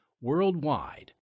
worldwide